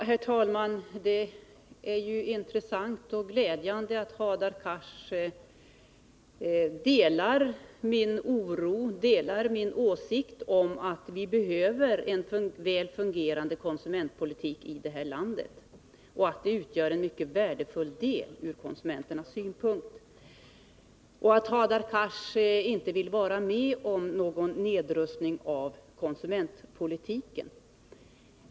Herr talman! Det är ju intressant och glädjande att Hadar Cars delar min åsikt att vi behöver en väl fungerande konsumentpolitik här i landet och att den är värdefull från konsumenternas synpunkt. Hadar Cars säger också att han inte vill vara med om en nedrustning av konsumentpolitiken.